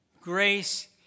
Grace